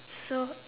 so